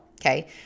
Okay